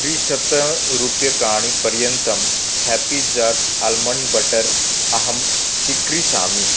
त्रिशतरूप्यकाणि पर्यन्तं happy jars almond butter अहं चिक्रीषामि